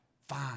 fine